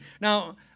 Now